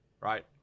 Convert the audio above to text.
right